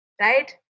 Right